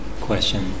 question